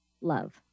Love